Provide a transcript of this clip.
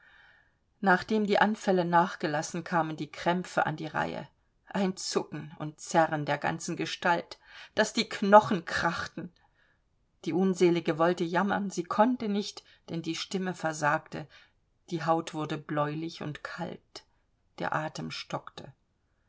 nachdem die anfälle nachgelassen kamen die krämpfe an die reihe ein zucken und zerren der ganzen gestalt daß die knochen krachten die unselige wollte jammern sie konnte nicht denn die stimme versagte die haut wurde bläulich und kalt der atem stockte